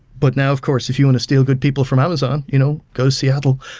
but now, of courses, if you want to steal good people from amazon, you know go seattle,